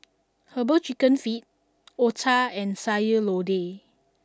Herbal Chicken Feet Otah and Sayur Lodeh